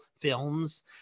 films